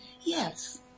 Yes